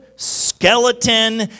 skeleton